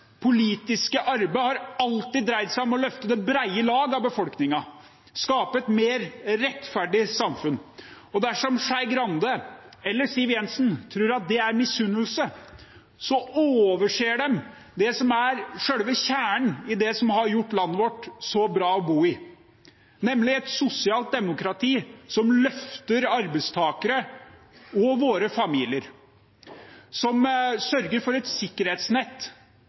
politiske arbeid har alltid dreid seg om å løfte det brede lag av befolkningen, skape et mer rettferdig samfunn, og dersom Skei Grande eller Siv Jensen tror at det kommer av misunnelse, overser de det som er selve kjernen i det som har gjort landet vårt så bra å bo i, nemlig et sosialt demokrati som løfter arbeidstakere og våre familier, som sørger for et sikkerhetsnett